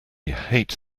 hate